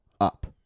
up